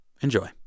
Enjoy